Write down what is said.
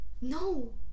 No